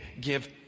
give